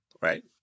right